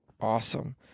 awesome